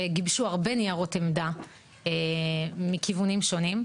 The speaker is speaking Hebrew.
וגיבשנו הרבה ניירות עמדה מכיוונים שונים,